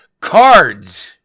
Cards